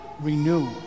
renew